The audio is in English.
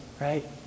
right